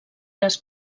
les